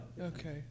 Okay